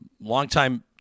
longtime